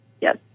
Yes